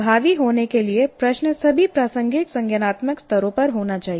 प्रभावी होने के लिए प्रश्न सभी प्रासंगिक संज्ञानात्मक स्तरों पर होना चाहिए